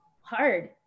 hard